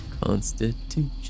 Constitution